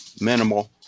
minimal